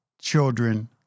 children